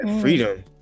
freedom